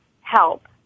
help